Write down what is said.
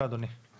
אני